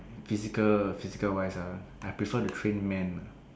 physical physical wise ah I prefer to train men ah